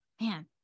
Man